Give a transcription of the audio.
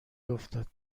افتاد